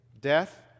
death